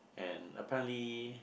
and apparently